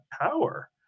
power